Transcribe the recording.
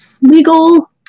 legal